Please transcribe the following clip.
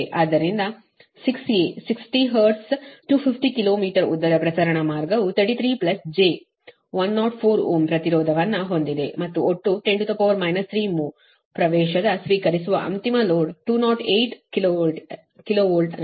ಆದ್ದರಿಂದ 6 a 60 hertz 250 kilometre ಉದ್ದದ ಪ್ರಸರಣ ಮಾರ್ಗವು 33 j104 ಓಮ್ನ ಪ್ರತಿರೋಧವನ್ನು ಹೊಂದಿದೆ ಮತ್ತು ಒಟ್ಟು 10 3 ಮ್ಹೋ ಪ್ರವೇಶದ ಸ್ವೀಕರಿಸುವ ಅಂತಿಮ ಲೋಡ್ 208 KV ಯಲ್ಲಿ 50 ಮೆಗಾವ್ಯಾಟ್ ಆಗಿದೆ ಇದು 0